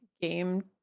game